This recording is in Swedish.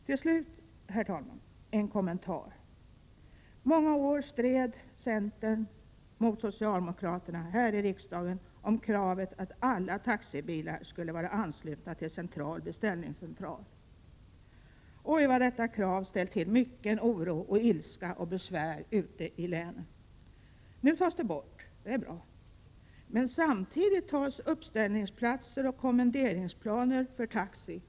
Till slut en kommentar: Under många år stred centern mot socialdemokraterna här i riksdagen om kravet att alla taxibilar skulle vara anslutna till central beställningscentral. Oj, vad detta krav har ställt till mycken oro, ilska och besvär ute i länen! Nu tas det bort, och det är bra. Men samtidigt tar man också bort kravet på uppställningsplatser och kommenderingsplaner för taxi.